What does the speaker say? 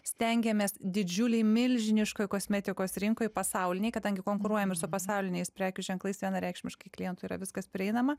stengiamės didžiuliai milžiniškoj kosmetikos rinkoj pasaulinėj kadangi konkuruojam ir su pasauliniais prekių ženklais vienareikšmiškai klientų yra viskas prieinama